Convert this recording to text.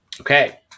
Okay